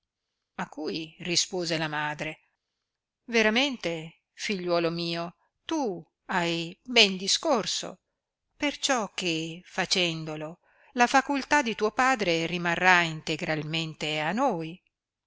a cui rispose la madre veramente figliuolo mio tu hai ben discorso perciò che facendolo la facultà di tuo padre rimarrà integralmente a noi